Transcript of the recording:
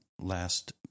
last